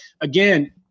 again-